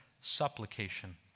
supplication